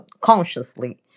consciously